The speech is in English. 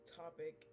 topic